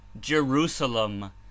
Jerusalem